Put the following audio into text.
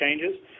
changes